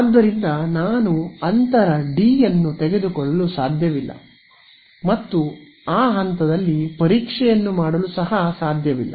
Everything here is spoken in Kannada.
ಆದ್ದರಿಂದ ನಾನು ಅಂತರ ಡಿ ಯನ್ನು ತೆಗೆದುಕೊಳ್ಳಲು ಸಾಧ್ಯವಿಲ್ಲ ಮತ್ತು ಆ ಹಂತದಲ್ಲಿ ಪರೀಕ್ಷೆಯನ್ನು ಮಾಡಲು ಸಹ ಸಾಧ್ಯವಿಲ್ಲ